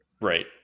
Right